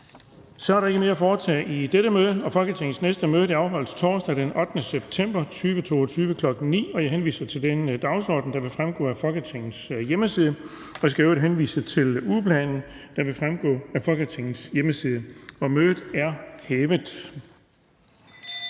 Der er ikke mere at foretage i dette møde. Folketingets næste møde afholdes torsdag den 8. september 2022, kl. 9.00. Jeg henviser til den dagsorden, der vil fremgå af Folketingets hjemmeside. Jeg skal i øvrigt henvise til ugeplanen, der vil fremgå af Folketingets hjemmeside. Mødet er hævet.